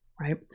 right